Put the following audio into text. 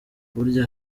burya